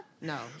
No